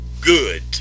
good